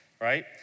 right